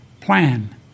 plan